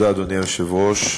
אדוני היושב-ראש,